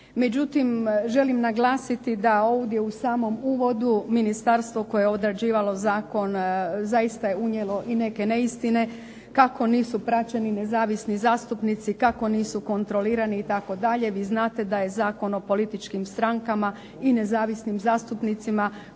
Međutim, želim naglasiti da ovdje u samom uvodu ministarstvo koje je odrađivalo zakon zaista je unijelo i neke neistine kako nisu praćeni nezavisni zastupnici, kako nisu kontrolirani itd. Vi znate da je Zakon o političkim strankama i nezavisnim zastupnicima kontrolu